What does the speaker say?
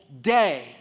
day